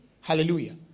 Hallelujah